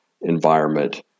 environment